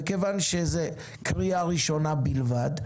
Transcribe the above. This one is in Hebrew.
וכיוון שזאת קריאה ראשונה בלבד,